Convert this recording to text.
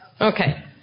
Okay